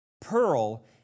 Pearl